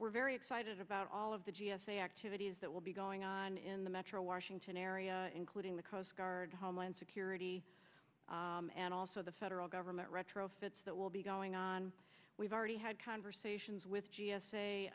we're very excited about all of the g s a activities that will be going on in the metro washington area including the coast guard homeland security and also the federal government retrofits that will be going on we've already had conversations with g